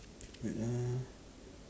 wait ah